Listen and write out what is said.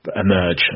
emerge